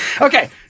okay